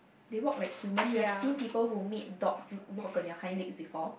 they walk like human you've seen people who made dog walk on their hind legs before